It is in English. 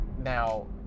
now